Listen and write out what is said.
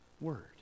word